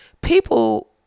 people